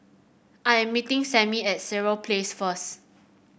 I am meeting Sammie at Sireh Place first